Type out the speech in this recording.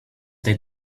they